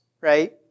right